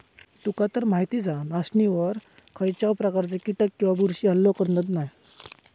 तुकातर माहीतच हा, नाचणीवर खायच्याव प्रकारचे कीटक किंवा बुरशी हल्लो करत नाय